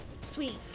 Sweet